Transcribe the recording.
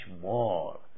more